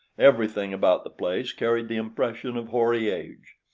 everything about the place carried the impression of hoary age.